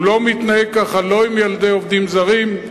הוא לא מתנהג כך עם ילדי עובדים זרים,